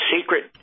secret